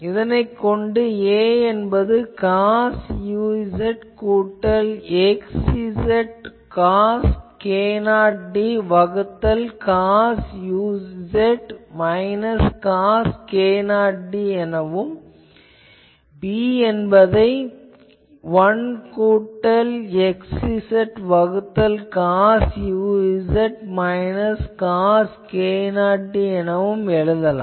இதனைக் கொண்டு 'a' என்பது காஸ் uz கூட்டல் xz காஸ் k0d வகுத்தல் cos uz minus cos k0d b என்பது 1 கூட்டல் xz வகுத்தல் cos uz minus cos k0d ஆகும்